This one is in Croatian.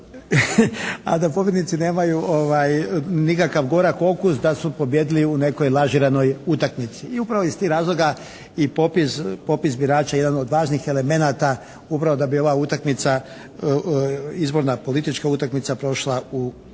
a da pobjednici nemaju nikakav gorak okus da su pobijedili u nekoj lažiranoj utakmici. I upravo iz tih razloga popis birača jedan je od važnih elemenata upravo da bi ova utakmica, izborna politička utakmica prošla u jednom